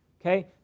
okay